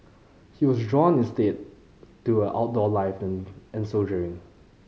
he was drawn instead to a outdoor life and soldiering